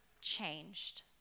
changed